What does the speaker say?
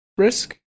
risk